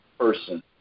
person